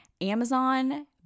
Amazon